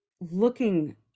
looking